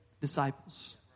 disciples